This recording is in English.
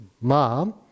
mom